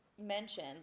mention